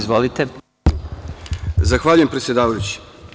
Zahvaljujem predsedavajući.